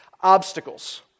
obstacles